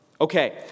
Okay